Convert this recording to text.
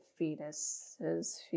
fetuses